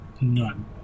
none